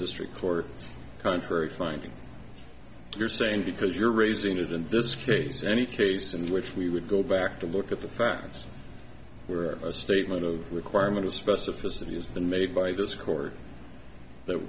district court contrary finding you're saying because you're raising wouldn't this case any case in which we would go back to look at the facts were a statement of requirement of specificity has been made by this court that